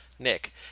Nick